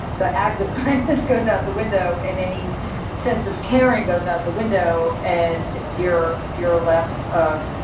the act of kindness goes out the window in any sense of caring goes out the window and you're you're a left of,